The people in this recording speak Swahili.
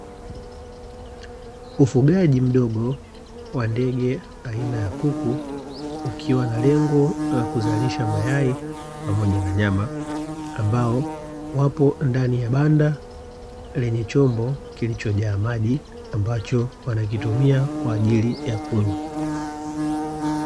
Ufugaji mdogo wa ndege aina ya kuku, ikiwa na lengo la kuzalisha mayai pamoja na nyama, ambao wapo ndani ya banda lenye chombo kilichojaa maji, ambacho wanakitumia kwa ajili ya kunywa.